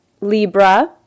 Libra